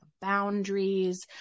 boundaries